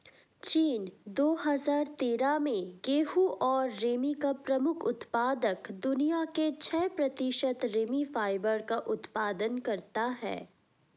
चीन, दो हजार तेरह में गेहूं और रेमी का प्रमुख उत्पादक, दुनिया के छह प्रतिशत रेमी फाइबर का उत्पादन करता है